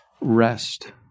rest